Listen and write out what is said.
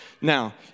Now